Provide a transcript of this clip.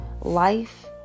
life